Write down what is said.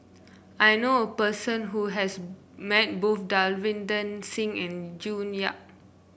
I knew a person who has met both Davinder Singh and June Yap